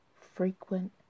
frequent